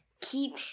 keep